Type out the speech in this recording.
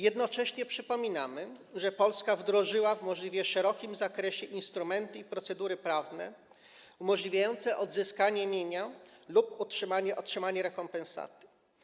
Jednocześnie przypominamy, że Polska wdrożyła w możliwie szerokim zakresie instrumenty i procedury prawne umożliwiające odzyskanie mienia lub otrzymanie rekompensaty.